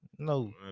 No